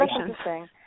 interesting